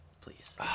Please